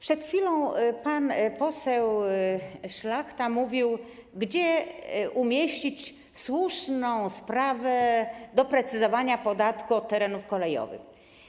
Przed chwilą pan poseł Szlachta mówił, gdzie umieścić sprawę doprecyzowania podatku od terenów kolejowych.